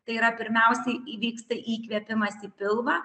tai yra pirmiausiai įvyksta įkvėpimas į pilvą